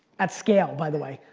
at scale, by the way.